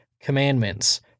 commandments